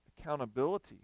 accountability